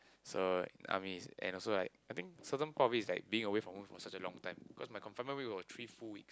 so army is and also like I think certain part of it is like being away from home for such a long time because my confinement week got three full weeks